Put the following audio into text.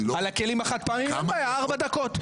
על הכלים החד-פעמיים, אין בעיה, ארבע דקות.